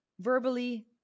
verbally